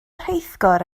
rheithgor